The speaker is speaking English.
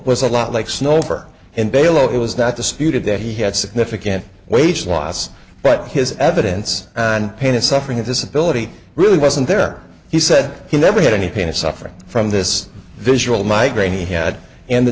was a lot like snow for him bail it was not disputed that he had significant wage loss but his evidence on pain and suffering his disability really wasn't there he said he never had any pain and suffering from this visual migraine he had and the